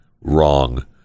wrong